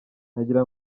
nagira